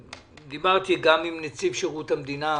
דיברתי גם עם נציב שירות המדינה,